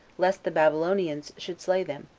lest the babylonians should slay them,